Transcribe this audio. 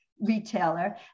Retailer